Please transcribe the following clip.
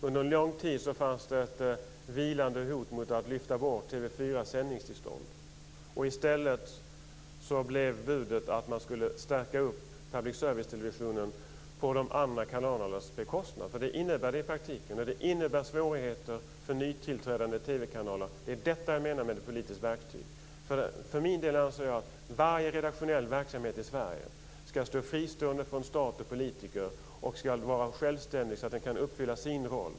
Under en lång tid fanns det ett vilande hot mot att lyfta bort TV 4:s sändningstillstånd. I stället blev budet att man skulle stärka public service-televisionen på de andra kanalernas bekostnad. Det är nämligen vad det i praktiken innebär. Det innebär också svårigheter för nytillträdande TV-kanaler. Det är detta jag menar med politiskt verktyg. För min del anser jag att varje redaktionell verksamhet i Sverige skall vara fristående från stat och politiker. Den skall vara självständig så att den kan uppfylla sin roll.